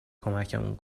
کمکمون